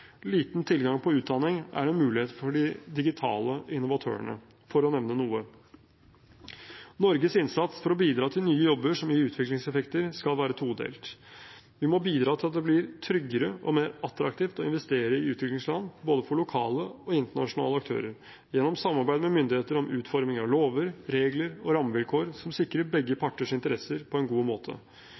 Liten tilgang på utdanning er en mulighet for de digitale innovatørene – for å nevne noe. Norges innsats for å bidra til nye jobber som gir utviklingseffekter, skal være todelt: Vi må bidra til at det blir tryggere og mer attraktivt å investere i utviklingsland, både for lokale og internasjonale aktører, gjennom samarbeid med myndigheter om utforming av lover, regler og rammevilkår som sikrer begge parters interesser på en god måte.